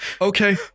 okay